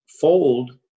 fold